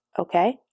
okay